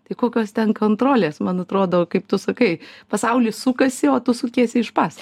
tai kokios ten kontrolės man atrodo kaip tu sakai pasaulis sukasi o tu sukiesi iš pasku